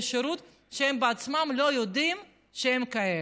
שירות שהם בעצמם לא יודעים שהם כאלה.